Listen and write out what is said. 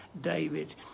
David